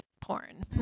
porn